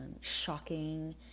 shocking